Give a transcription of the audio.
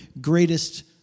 greatest